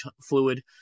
fluid